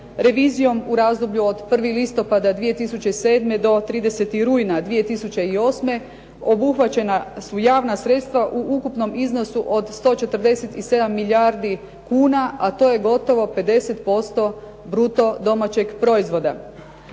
revizijom u razdoblju od 1. listopada 2007. do 30. rujna 2008. obuhvaćena su javna sredstva u ukupnom iznosu od 147 milijardi kuna, a to je gotovo 50% bruto domaćeg proizvoda.